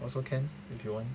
also can if you want